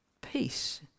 peace